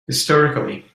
historically